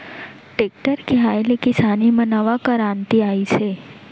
tractor के आए ले किसानी म नवा करांति आइस हे